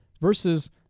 versus